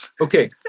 Okay